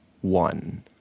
one